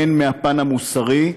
הן מהפן המוסרי,